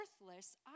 worthless